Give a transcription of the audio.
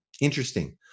interesting